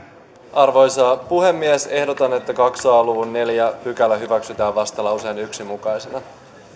arvoisa puhemies ehdotan että kaksi a luvun neljäs pykälä hyväksytään vastalauseen yhtenä mukaisena